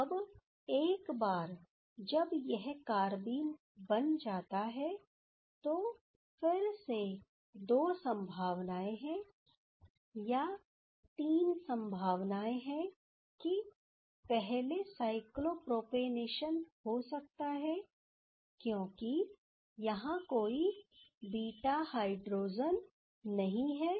अब एक बार जब यह कारबीन बन जाता है तो फिर से दो संभावनाएं हैं या तीन संभावनाएं हैं कि पहले साइक्लोप्रोपेनेशन हो सकता है क्योंकि यहां कोई बीटा हाइड्रोजन नहीं है